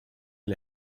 oli